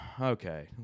okay